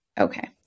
Okay